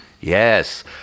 Yes